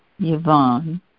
Yvonne